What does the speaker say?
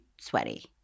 sweaty